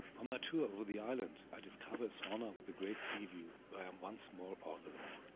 on my tour over the island, i discover a sauna with a great sea view, where i am once more all alone.